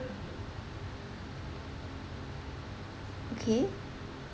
okay